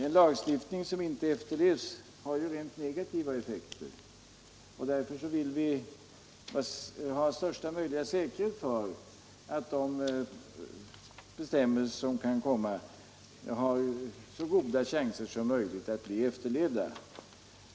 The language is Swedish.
En lagstiftning som inte efterlevs har ju rent negativa effekter, och därför vill vi ha största möjliga säkerhet för att de bestämmelser som kan komma har goda chanser att bli följda.